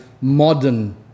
modern